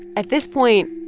at this point,